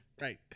Right